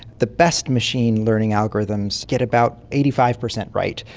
the best machine learning algorithms get about eighty five percent right,